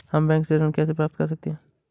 हम बैंक से ऋण कैसे प्राप्त कर सकते हैं?